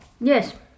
Yes